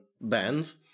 bands